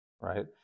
right